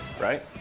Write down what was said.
right